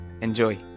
enjoy